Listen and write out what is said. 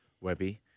Webby